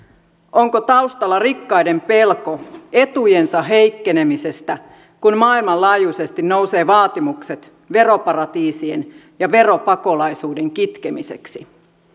onko taustalla rikkaiden pelko etujensa heikkenemisestä kun maailmanlaajuisesti nousee vaatimuksia veroparatiisien ja veropakolaisuuden kitkemiseksi